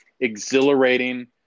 exhilarating